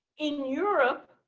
in europe,